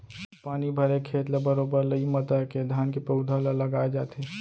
पानी भरे खेत ल बरोबर लई मता के धान के पउधा ल लगाय जाथे